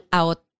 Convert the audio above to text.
out